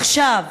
עכשיו,